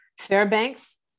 Fairbanks